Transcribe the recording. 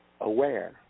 aware